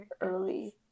early